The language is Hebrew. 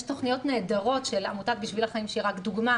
יש תכניות נהדרות של עמותת "בשביל החיים" שהיא רק דוגמה,